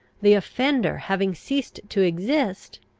the offender having ceased to exist,